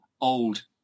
old